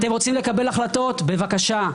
אתם רוצים לקבל החלטות בבקשה.